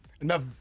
enough